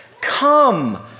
Come